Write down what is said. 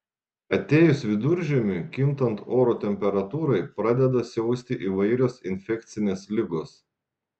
atėjus viduržiemiui kintant oro temperatūrai pradeda siausti įvairios infekcinės ligos